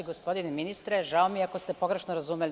Gospodine ministre, žao mi je ako ste pogrešno razumeli.